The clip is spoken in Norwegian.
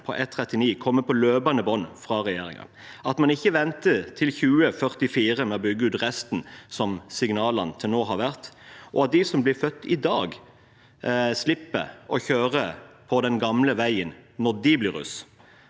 på E39 kommer på løpende bånd fra regjeringen, at man ikke venter til 2044 med å bygge ut resten, som har vært signalene til nå, og at de som blir født i dag, slipper å kjøre på den gamle veien når de blir russ